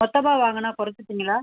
மொத்தமாக வாங்குனால் குறைச்சிப்பீங்களா